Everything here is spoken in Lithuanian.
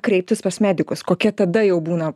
kreiptis pas medikus kokia tada jau būna